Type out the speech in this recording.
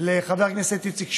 לחבר הכנסת איציק שמולי,